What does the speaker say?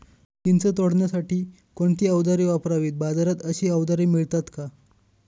चिंच तोडण्यासाठी कोणती औजारे वापरावीत? बाजारात अशी औजारे मिळतात का?